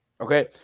okay